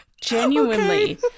Genuinely